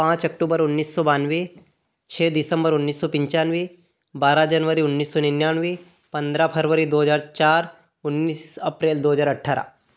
पाँच अक्टूबर उन्नीस सौ बानबे छ दिसम्बर उन्नीस सौ पन्चानबे बारह जनवरी उन्नीस सौ निन्यानबे पंद्रह फरवरी दो हजार चार उन्नीस अप्रैल दो हजार अठारह